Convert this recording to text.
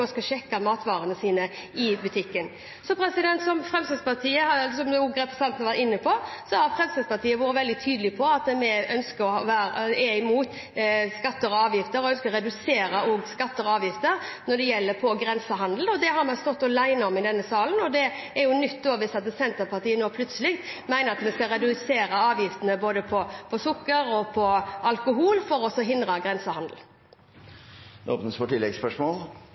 skal sjekke matvarene i butikken. Som representanten også var inne på, har Fremskrittspartiet vært veldig tydelig på at vi er imot skatter og avgifter og også ønsker å redusere skatter og avgifter når det gjelder grensehandel. Det har vi stått alene om i denne salen, og det er nytt hvis Senterpartiet nå plutselig mener at vi skal redusere avgiftene både på sukker og på alkohol for å hindre grensehandel. Det blir oppfølgingsspørsmål – først Geir Pollestad. Ein av dei tinga som er viktige for